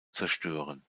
zerstören